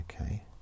okay